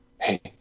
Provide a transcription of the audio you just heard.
Hey